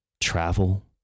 travel